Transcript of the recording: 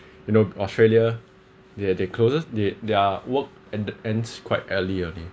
you know australia they are they closes they their work ended ends quite earlier already